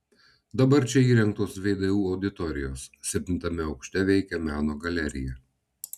dabar čia įrengtos vdu auditorijos septintame aukšte veikia meno galerija